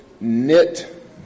knit